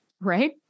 Right